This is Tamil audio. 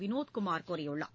வினோத்குமார் கூறியுள்ளார்